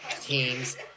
teams